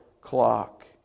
clock